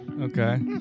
Okay